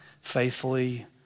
faithfully